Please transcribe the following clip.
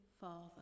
Father